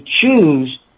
choose